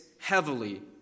heavily